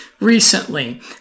recently